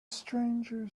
stranger